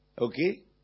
Okay